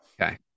Okay